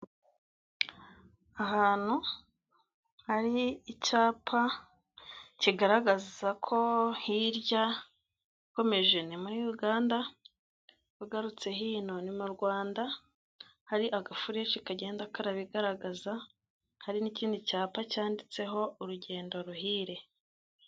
Ahantu hari icyapa kigaragaza ko hirya ukomeje ni muri Uganda, ugarutse hino ni mu Rwanda, hari agafureshi kagenda karabigaragaza, hari n'ikindi cyapa cyanditseho urugendo ruhire.